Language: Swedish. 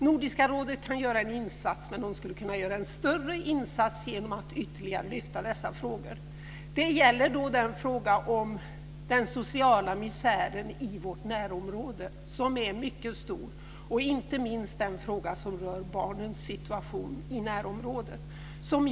Nordiska rådet kan göra en insats, men det skulle kunna göra en större insats genom att ytterligare lyfta dessa frågor. Det gäller först frågan om den sociala misären i vårt närområde, som är mycket stor, och inte minst frågan om barnens situation i närområdet.